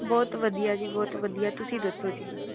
ਬਹੁਤ ਵਧੀਆ ਜੀ ਬਹੁਤ ਵਧੀਆ ਤੁਸੀਂ ਦੱਸੋ ਜੀ